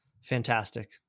fantastic